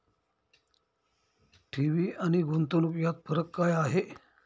ठेवी आणि गुंतवणूक यात फरक काय आहे?